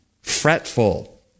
fretful